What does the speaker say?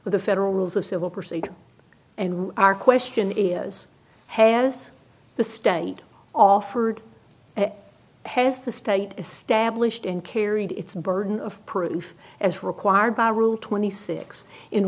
for the federal rules of civil procedure and our question is has the state offered has the state established and carried its burden of proof as required by rule twenty six in